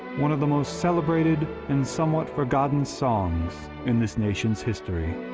one of the most celebrated and somewhat forgotten songs in this nation's history.